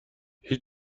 هیچ